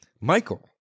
Michael